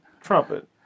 trumpet